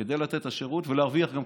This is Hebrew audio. כדי לתת את השירות וגם להרוויח כסף.